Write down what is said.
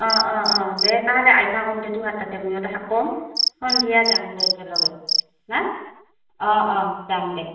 অঁ অঁ অঁ দে তাহ'লে আইভা ক'ম দে তোহাৰ তাতে ময়ো তাহঁক কম সন্ধিয়া যাম দে একেলগে হা অঁ অঁ যাম দে